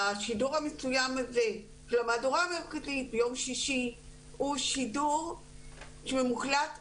השידור המסוים הזה של המהדורה המרכזית ביום שישי הוא שידור שמוקלט מראש,